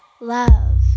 love